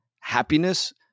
happiness